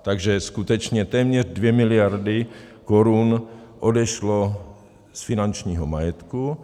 Takže skutečně téměř 2 miliardy korun odešlo z finančního majetku.